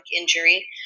injury